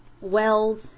wells